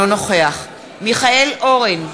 אינו נוכח מיכאל אורן,